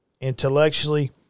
intellectually